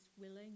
willing